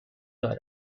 دارم